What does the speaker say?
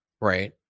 Right